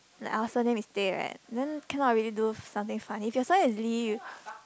like our surname is Tay right then cannot really do something funny if your surname is Lee